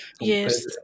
Yes